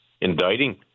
indicting